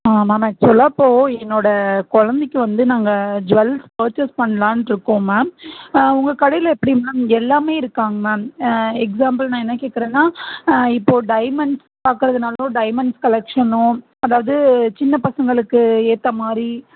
ஆ ma'am ஆக்சுவலாக இப்போது என்னோட கொழந்தைக்கி வந்து நாங்கள் ஜுவல்ஸ் பர்ச்சேஸ் பண்ணலான்ருக்கோம் மேம் உங்கள் கடையில் எப்படி மேம் எல்லாமே இருக்காங்க மேம் எக்ஸாம்பிள் நான் என்ன கேக்கிறேன்னா இப்போது டைமெண்ட்ஸ் பார்க்குறதுனாலும் டைமெண்ட்ஸ் கலெக்ஷனும் அதாவது சின்ன பசங்களுக்கு ஏற்ற மாதிரி